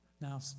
Now